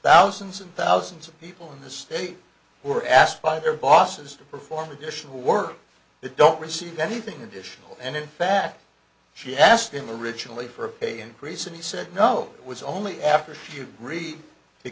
thousands and thousands of people in the state who are asked by their bosses to perform additional work that don't receive anything additional and in fact she asked him originally for a pay increase and he said no it was only after a few rea